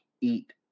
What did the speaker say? eat